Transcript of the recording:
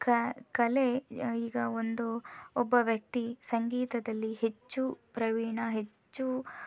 ಕ ಕಲೆ ಈಗ ಒಂದು ಒಬ್ಬ ವ್ಯಕ್ತಿ ಸಂಗೀತದಲ್ಲಿ ಹೆಚ್ಚು ಪ್ರವೀಣ ಹೆಚ್ಚು